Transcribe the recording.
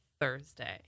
Thursday